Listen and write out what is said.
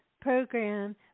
program